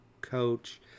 coach